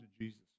Jesus